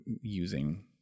using